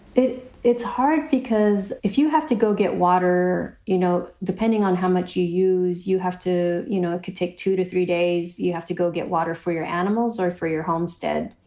it's hard because if you have to go get water, you know, depending on how much you use, you have to you know, it could take two to three days. you have to go get water for your animals or for your homestead.